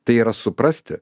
tai yra suprasti